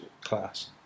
class